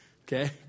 Okay